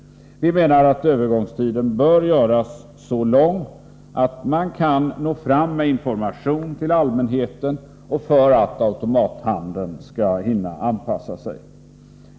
Vi menar att övergångstiden bör göras så lång att man kan nå fram med information till allmänheten och för att automathandeln skall hinna anpassa sig.